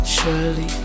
Surely